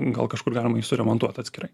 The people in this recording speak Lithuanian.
gal kažkur galima jį suremontuot atskirai